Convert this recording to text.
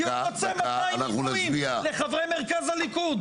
כי הוא רוצה 200 מינויים לחברי מרכז הליכוד.